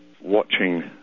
watching